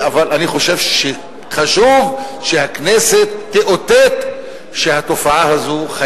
ואני חושב שחשוב שהכנסת תאותת שהתופעה הזאת,